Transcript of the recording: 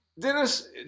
Dennis